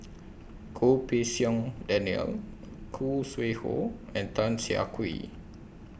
Goh Pei Siong Daniel Khoo Sui Hoe and Tan Siah Kwee